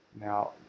Now